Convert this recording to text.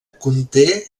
conté